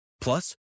Plus